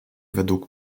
według